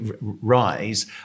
rise